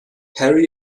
harry